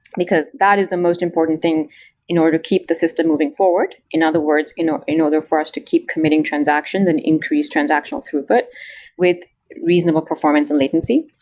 because that is the most important thing in order to keep the system moving forward. in other words, in in order for us to keep committing transactions and increased transactional throughput with reasonable performance and latency,